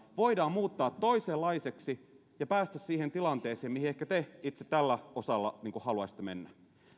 ei voida muuttaa toisenlaisiksi ja päästä siihen tilanteeseen mihin ehkä te itse tällä osalla haluaisitte mennä